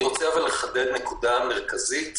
אבל אני רוצה לחדד נקודה מרכזית,